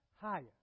higher